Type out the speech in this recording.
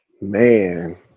Man